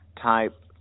type